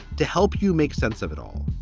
to help you make sense of it all.